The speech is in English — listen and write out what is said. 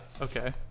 okay